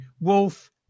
Wolf